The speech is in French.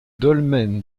dolmen